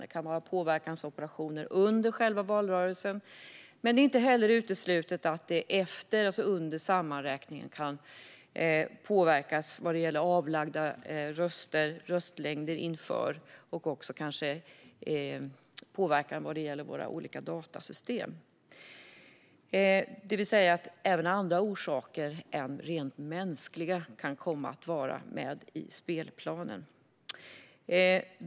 Det kan vara påverkansoperationer under själva valrörelsen, men det är inte heller uteslutet att påverkan kan ske inför valet gällande röstlängder, efteråt under sammanräkningen av avlagda röster och kanske även vad gäller våra olika datasystem. Det vill säga, även andra orsaker än rent mänskliga kan komma att vara en del av spelplanen.